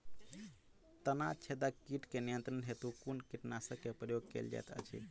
तना छेदक कीट केँ नियंत्रण हेतु कुन कीटनासक केँ प्रयोग कैल जाइत अछि?